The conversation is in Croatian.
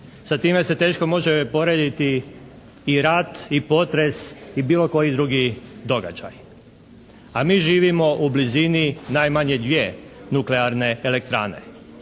Sa time se teško može porediti i rat i potres i bilo koji drugi događaj, a mi živimo u blizini najmanje dvije nuklearne elektrane.